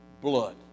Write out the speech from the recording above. blood